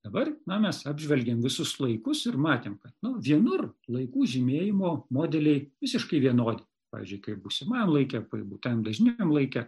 dabar na mes apžvelgėm visus laikus ir matėm kad na vienur laikų žymėjimo modeliai visiškai vienodi pavyzdžiui kaip būsimajam laike kaip būtajam dažniniam laike